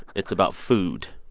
it's about food.